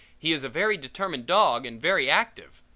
he is a very determined dog and very active,